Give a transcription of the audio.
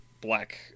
black